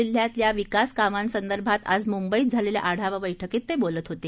जिल्ह्यातल्या विकास कामांसंदर्भात आज मुंबईत झालेल्या आढावा बैठकीत ते बोलत होते